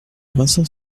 vincent